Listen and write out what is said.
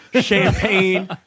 champagne